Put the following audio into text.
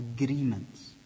agreements